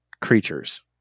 creatures